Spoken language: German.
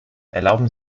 erlauben